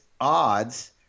odds